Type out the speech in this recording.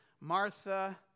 Martha